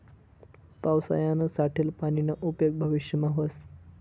पावसायानं साठेल पानीना उपेग भविष्यमा व्हस